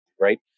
right